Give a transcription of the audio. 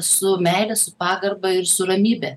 su meile su pagarba ir su ramybe